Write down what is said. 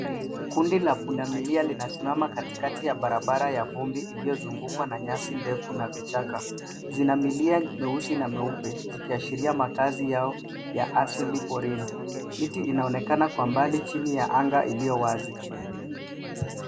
Kundi la pundamilia linasimama katikati ya barabara ya vumbi liyozungukwa na nyasi ndefu na vichaka. Zina milia meusi na meupe, zikiashiria makazi yao ya asili porini. Miti inaonekana kwa mbali chini ya anga iliyo wazi.